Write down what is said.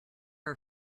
our